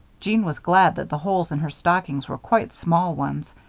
jeanne was glad that the holes in her stockings were quite small ones.